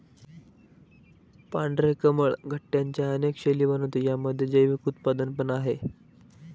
पांढरे कमळ गट्ट्यांच्या अनेक शैली बनवते, यामध्ये जैविक उत्पादन पण आहे